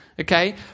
okay